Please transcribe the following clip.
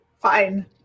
fine